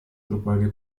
propague